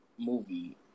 Movie